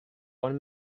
one